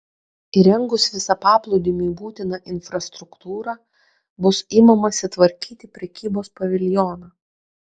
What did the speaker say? įrengus visą paplūdimiui būtiną infrastruktūrą bus imamasi tvarkyti prekybos paviljoną